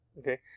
okay